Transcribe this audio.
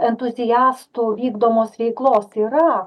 entuziastų vykdomos veiklos yra